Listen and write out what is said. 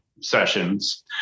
sessions